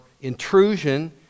intrusion